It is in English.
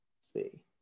see